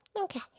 Okay